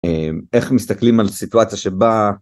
איך מסתכלים על סיטואציה שבה.